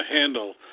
handle